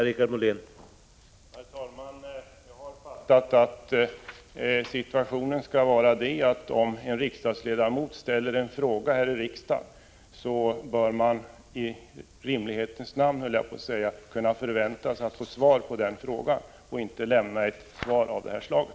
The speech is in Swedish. Herr talman! Jag har uppfattat situationen så, att om man som riksdagsledamot ställer en fråga här i kammaren bör man i rimlighetens namn, skulle jag vilja säga, kunna förvänta sig att få svar på den frågan och att det inte lämnas ett svar av det här slaget.